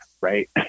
right